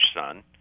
son